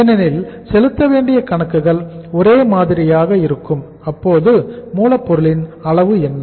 ஏனெனில் செலுத்தவேண்டிய கணக்குகள் ஒரே மாதிரியாக இருக்கும் அப்போது மூலப்பொருளின் அளவு என்ன